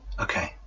Okay